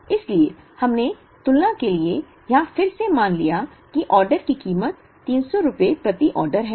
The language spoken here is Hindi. इसलिए हमने तुलना के लिए यहां फिर से मान लिया कि ऑर्डर की कीमत 300 रुपये प्रति ऑर्डर है